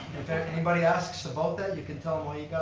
anybody asks about that you can tell em why you got